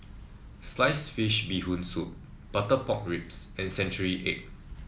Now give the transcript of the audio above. Sliced Fish Bee Hoon Soup Butter Pork Ribs and Century Egg